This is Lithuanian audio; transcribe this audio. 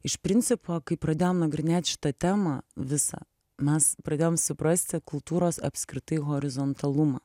iš principo kai pradėjom nagrinėt šitą temą visą mes pradėjom suprasti kultūros apskritai horizontalumą